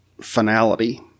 finality